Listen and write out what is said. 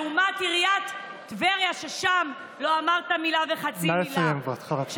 לעומת עיריית טבריה, ששם לא אמרת מילה וחצי מילה.